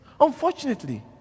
Unfortunately